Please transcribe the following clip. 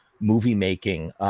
movie-making